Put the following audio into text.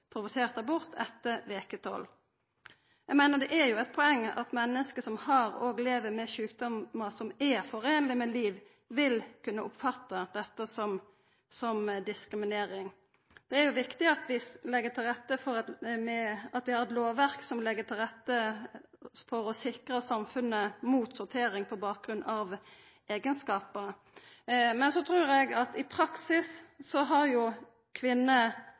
provosert abort etter veke 12. Eg meiner det er eit poeng at menneske som har og lever med slike sjukdommar, vil kunne oppfatta dette som diskriminering. Det er viktig at vi har eit lovverk som legg til rette for å sikra samfunnet mot sortering på bakgrunn av eigenskapar. Ein seinabort er ikkje ei enkel avgjerd å ta. Eg trur at i praksis vil fleire punkt gjelda. Så